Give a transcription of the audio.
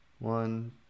One